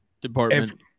department